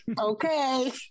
okay